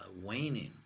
waning